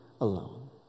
alone